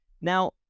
Now